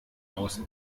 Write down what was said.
aus